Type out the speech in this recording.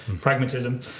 pragmatism